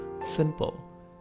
simple